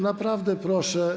Naprawdę proszę.